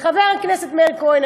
חבר הכנסת מאיר כהן,